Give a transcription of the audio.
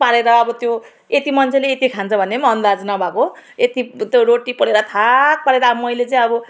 पारेर अब त्यो यत्ति मान्छेले यत्ति रोटी खान्छ भन्ने पनि अन्दाज नभएको यत्ति त्यो रोटी पोलेर थाक पारेर त्यो मैले चाहिँ अब